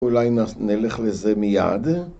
‫אולי נלך לזה מיעד?